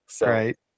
Right